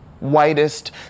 Whitest